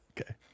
okay